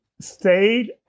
stayed